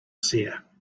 seer